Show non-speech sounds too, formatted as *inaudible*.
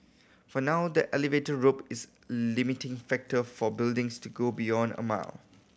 for now the elevator rope is *unintelligible* limiting factor for buildings to go beyond a mile